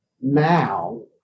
now